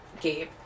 Gabe